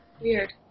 Weird